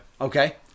Okay